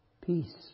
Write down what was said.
Peace